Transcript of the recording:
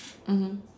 mmhmm